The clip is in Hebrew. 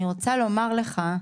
ואני רוצה לומר לך,